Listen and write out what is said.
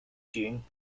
june